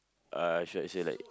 uh should I say like